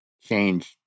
changed